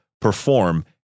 perform